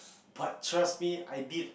but trust me I did